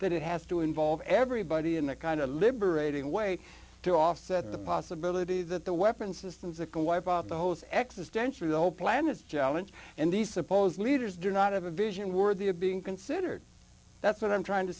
that it has to involve everybody in that kind of liberating way to offset the possibility that the weapon systems that can wipe out those existential though planets jalen and these supposed leaders do not have a vision worthy of being considered that's what i'm trying to